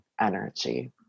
energy